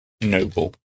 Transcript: noble